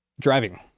driving